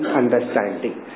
understanding